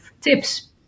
tips